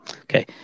Okay